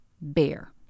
Bear